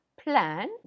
plan